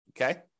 okay